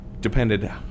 depended